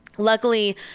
Luckily